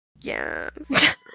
Yes